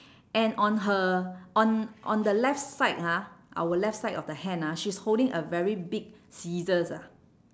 and on her on on the left side ha our left side of the hand ah she's holding a very big scissors ah